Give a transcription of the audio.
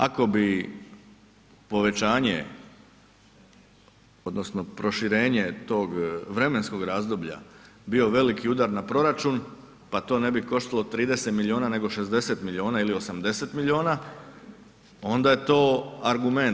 Ako bi povećanje odnosno proširenje tog vremenskog razdoblja bio veliki udar na proračun pa to ne bi koštalo 30 milijuna nego 60 milijuna ili 80 milijuna onda je to argument.